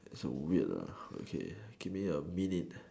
weird okay